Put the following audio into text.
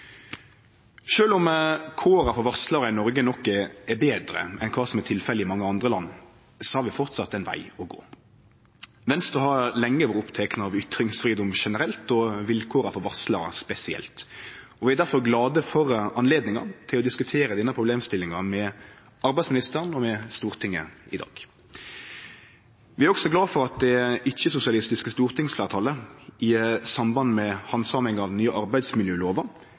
om kåra for varslarar i Noreg nok er betre enn kva som er tilfellet i mange andre land, har vi framleis ein veg å gå. Venstre har lenge vore opptekne av ytringsfridom generelt og vilkåra for varslarar spesielt. Vi er difor glade for anledninga til å diskutere denne problemstillinga med arbeidsministeren og med Stortinget i dag. Vi er også glade for at det ikkje-sosialistiske stortingsfleirtalet i samband med handsaminga av den nye arbeidsmiljølova